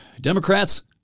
Democrats